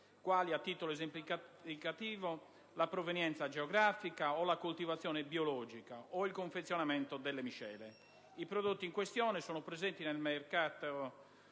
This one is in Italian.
quali a titolo esemplificativo la provenienza geografica o la coltivazione biologica, o al confezionamento delle miscele. I prodotti in questione sono presenti nel mercato